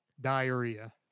Diarrhea